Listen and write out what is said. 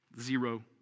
zero